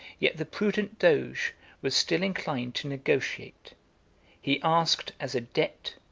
yet the prudent doge was still inclined to negotiate he asked as a debt,